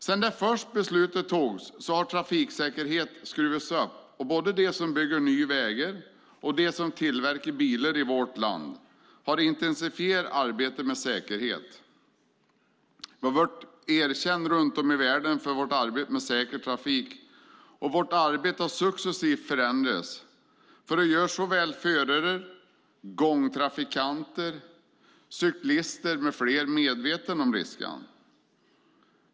Sedan det första beslutet fattades har trafiksäkerheten skruvats upp, och både de som bygger nya vägar och de som tillverkar bilar i vårt land har intensifierat arbetet med säkerhet. Vi har blivit erkända runt om i världen för vårt arbete med säker trafik. Vårt arbete har successivt förändrats för att göra förare, gångtrafikanter, cyklister med flera medvetna om riskerna.